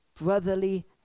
brotherly